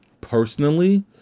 personally